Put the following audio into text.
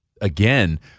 again